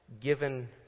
given